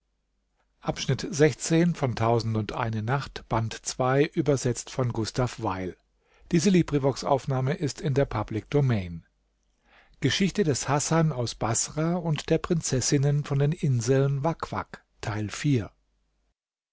geschichte des hasan aus baßrah